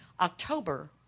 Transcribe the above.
October